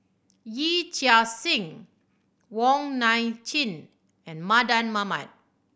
Yee Chia Hsing Wong Nai Chin and Mardan Mamat